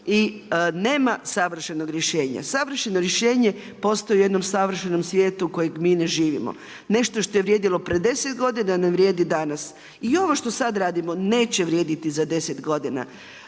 I nema savršenog rješenja. Savršeno rješenje postoji u jednom savršenom svijetu kojeg mi ne živimo. Nešto što je vrijedilo pred 10 godina ne vrijedi danas. I ovo što sad radimo neće vrijediti za 10 godina.